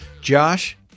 Josh